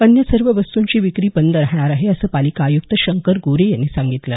अन्य सर्व वस्तुंची विक्री बंद राहणार आहे असं पालिका आयुक्त शंकर गोरे यांनी सांगितलं